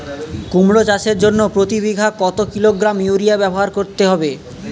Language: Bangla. কুমড়ো চাষের জন্য প্রতি বিঘা কত কিলোগ্রাম ইউরিয়া ব্যবহার করতে হবে?